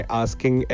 asking